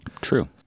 true